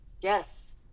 Yes